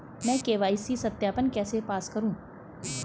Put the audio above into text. मैं के.वाई.सी सत्यापन कैसे पास करूँ?